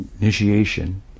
initiation